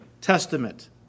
Testament